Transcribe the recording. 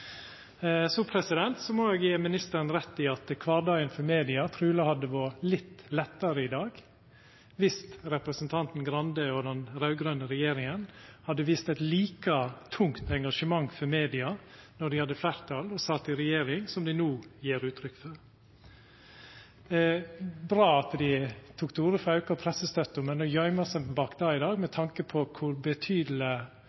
Så må eg gi ministeren rett i at kvardagen for media truleg hadde vore litt lettare i dag dersom representanten Grande og den raud-grøne regjeringa hadde vist eit like tungt engasjement for media då dei hadde fleirtal og sat i regjering, som det dei no gjev uttrykk for. Det er bra at dei tok til orde for auka pressestøtte, men å gøyma seg bak